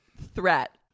threat